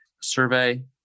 survey